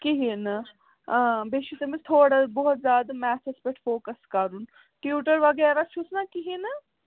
کِہیٖنۍ نہٕ اۭں بیٚیہِ چھُ تٔمِس تھوڑا بہت زیادٕ میتھَس پٮ۪ٹھ فوکَس کَرُن ٹیٛوٗٹَر وغیرہ چھُس نَہ کِہیٖنۍ نہٕ